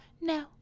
No